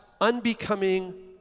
unbecoming